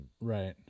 Right